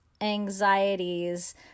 anxieties